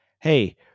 hey